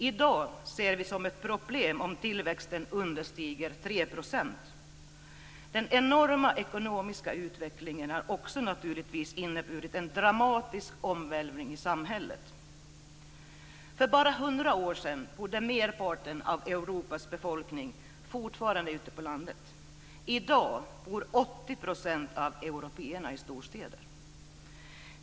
I dag ser vi det som ett problem om tillväxten understiger 3 %. Den enorma ekonomiska utvecklingen har också naturligtvis inneburit en dramatisk omvälvning i samhället. För bara hundra år sedan bodde merparten av Europas befolkning fortfarande ute på landet. I dag bor 80 % av européerna i storstäder.